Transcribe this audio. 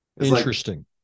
Interesting